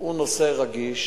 הוא נושא רגיש.